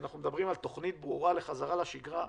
אנחנו מדברים על תוכנית ברורה לחזרה לשגרה.